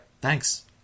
thanks